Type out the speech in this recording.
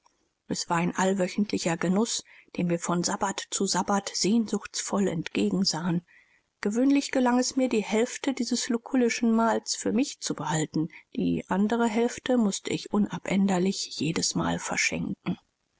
es war ein allwöchentlicher genuß dem wir von sabbath zu sabbath sehnsuchtsvoll entgegensahen gewöhnlich gelang es mir die hälfte dieses lukullischen mahls für mich zu behalten die andere hälfte mußte ich unabänderlich jedesmal verschenken